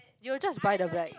you will just buy the black